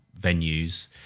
venues